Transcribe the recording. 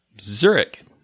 Zurich